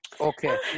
Okay